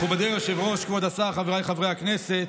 מכובדי היושב-ראש, כבוד השר, חבריי חברי הכנסת,